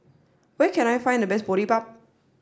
where can I find the best Boribap